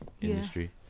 industry